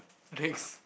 clicks